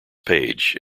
page